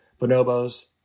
Bonobos